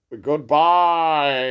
Goodbye